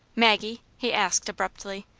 maggie, he asked, abruptly,